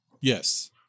Yes